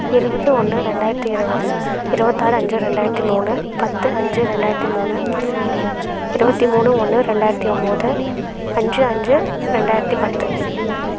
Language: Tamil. இருபது ஒன்று ரெண்டாயிரத்தி இருபது இருபத்தாறு அஞ்சு ரெண்டாயிரத்தி மூணு பத்து அஞ்சு ரெண்டாயிரத்தி மூணு இருபத்தி மூணு ஒன்று ரெண்டாயிரத்தி ஒம்போது அஞ்சு அஞ்சு ரெண்டாயிரத்தி பத்து